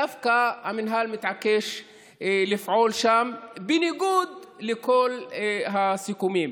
המינהל דווקא מתעקש לפעול שם בניגוד לכל הסיכומים.